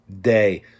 day